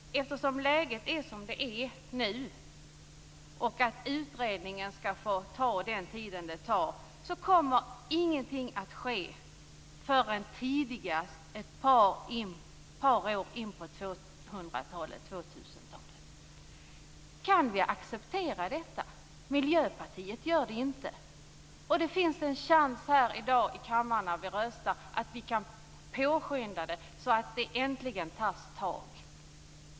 Eftersom läget är som det är och utredningen skall få ta den tid den tar kommer ingenting att ske förrän tidigast ett par år in på 2000 talet. Kan vi acceptera detta? Miljöpartiet gör det inte. Det finns i dag en chans, när vi röstar här i kammaren, att påskynda detta så att det äntligen tas tag.